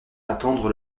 attendre